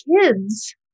kids